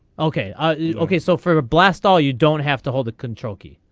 okay ah yeah okay so for a blast all you don't have to hold the control key.